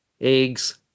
eggs